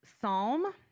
psalm